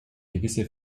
gewisse